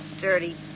Dirty